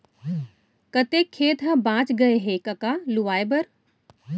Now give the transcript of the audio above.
कतेक खेत ह बॉंच गय हे कका लुवाए बर?